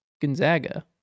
Gonzaga